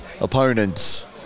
opponents